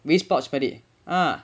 we pouch மாரி:maari ah